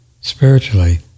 spiritually